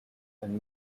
and